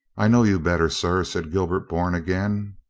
i know you better, sir, said gilbert bourne again.